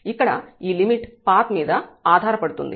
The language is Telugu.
ఇక్కడ ఈ లిమిట్ పాత్ మీద ఆధారపడుతుంది